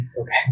Okay